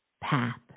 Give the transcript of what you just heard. path